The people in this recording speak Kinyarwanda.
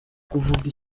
kuvuga